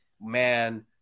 man